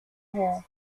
hall